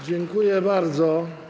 Dziękuję bardzo.